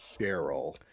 Cheryl